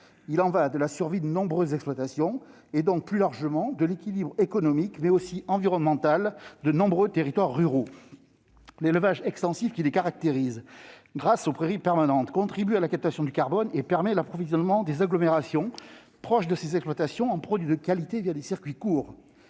Il y va de la survie de nombreuses exploitations et donc, plus largement, de l'équilibre économique mais aussi environnemental de nombreux territoires ruraux. L'élevage extensif qui les caractérise contribue, grâce aux prairies permanentes, à la captation du carbone et permet l'approvisionnement des agglomérations proches des exploitations en produits de qualité des circuits courts.